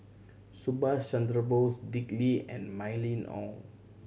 Subhas Chandra Bose Dick Lee and Mylene Ong